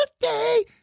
birthday